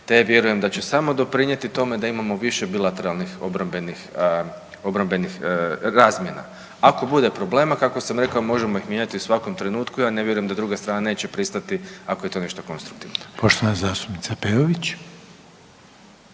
te vjerujem da će samo doprinijeti tome da imamo više bilateralnih obrambenih, obrambenih razmjena. Ako bude problema kako sam rekao možemo ih mijenjati u svakom trenutku. Ja ne vjerujem da druga strana neće pristati ako je to nešto konstruktivno. **Reiner, Željko